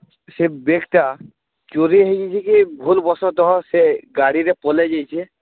ସେ ବେଗ୍ଟା ଚୋରି ହେଇଯାଇଛେ କି ଭୁଲ୍ବଶତଃ ସେ ଗାଡ଼ିରେ ପଲେଇ ଯାଇଛେ